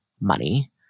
money